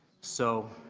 so